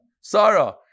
Sarah